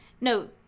No